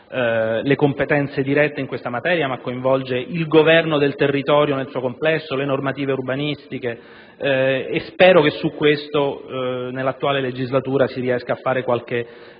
le competenze dirette in questa materia, ma il governo del territorio nel suo complesso e le normative urbanistiche, e spero che su tutto questo, nell'attuale legislatura, si riesca a fare qualche passo